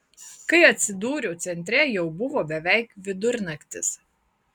kai atsidūriau centre jau buvo beveik vidurnaktis